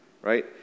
right